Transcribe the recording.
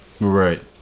Right